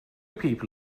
people